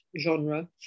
genre